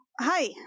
hi